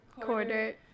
Quarter